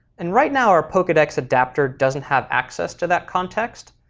and right now our pokedex adapter doesn't have access to that context,